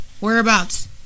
whereabouts